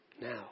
now